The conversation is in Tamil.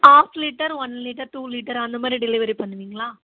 half litre one litre two litre அந்தமாதிரி டெலிவரி பண்ணுவீங்களா